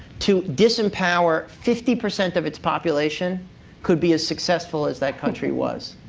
to disempower fifty percent of its population could be as successful as that country was.